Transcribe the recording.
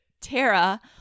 Tara